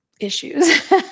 issues